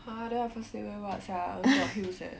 !huh! then I first day wear what sia only got heels leh